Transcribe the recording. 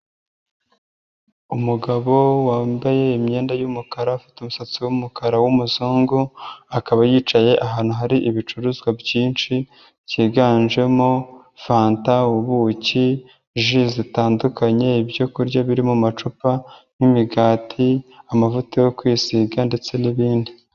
Umugabo wambaye imyenda y'umukara ufite umusatsi w'umukara w'umuzungu, akaba yicaye ahantu hari ibicuruzwa byinshi byiganjemo fanta, ubuki, ji zitandukanye, ibyo kurya biri mu macupa n'imigati, amavuta yo kwisiga ndetse n'ibindi.